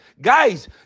Guys